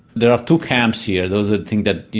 there are two camps here those that think that, you